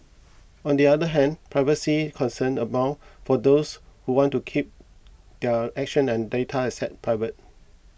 on the other hand privacy concerned abound for those who want to keep their actions and data assets private